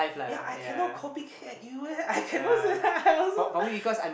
ya I cannot copy cat you eh I cannot say that I also